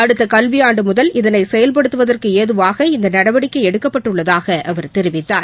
அடுத்தகல்வியாண்டுமுதல் இதனைசெயல்படுத்துவதற்குஏதுவாக இந்தநடவடிக்கைஎடுக்கப்பட்டுள்ளதாகஅவர் தெரிவித்தார்